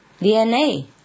DNA